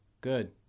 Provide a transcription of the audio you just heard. Good